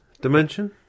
dimension